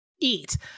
eat